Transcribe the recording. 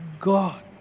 God